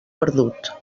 perdut